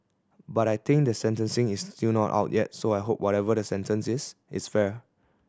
but I think the sentencing is still not out yet so I hope whatever the sentence is it's fair